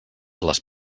les